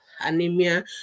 anemia